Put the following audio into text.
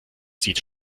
sieht